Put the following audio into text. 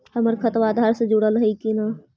हमर खतबा अधार से जुटल हई कि न?